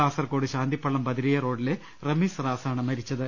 കാസർകോട് ശാന്തിപ്പള്ളം ബദരിയ്യ റോഡിലെ റമീസ് റാസാണ് മരിച്ചത്